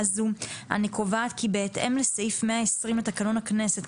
זאת אני קובעת כי בהתאם לסעיף 120 לתקנון הכנסת,